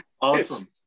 Awesome